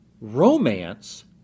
romance